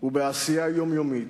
ובעשייה יומיומית,